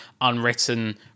unwritten